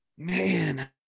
Man